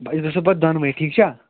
أسۍ گژھو پَتہٕ دۅنوَے ٹھیٖک چھا